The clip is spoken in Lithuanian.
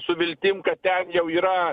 su viltim kad ten jau yra